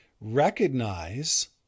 recognize